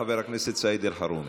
חבר הכנסת סעיד אלחרומי.